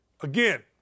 Again